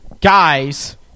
guys